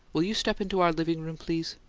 will you step into our living-room, please?